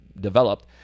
developed